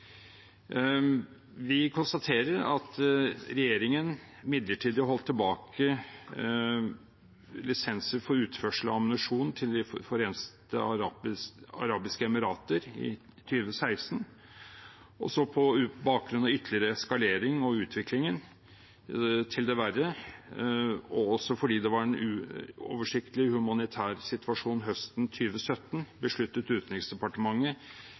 Vi konstaterer at regjeringen midlertidig har holdt tilbake lisenser for utførsel av ammunisjon til De forente arabiske emirater i 2016. På bakgrunn av ytterligere eskalering og utviklingen av en meget alvorlig og uoversiktlig humanitær situasjon høsten 2017 besluttet Utenriksdepartementet